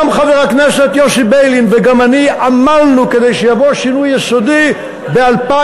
גם חבר הכנסת יוסי ביילין וגם אני עמלנו כדי שיבוא שינוי יסודי ב-2001.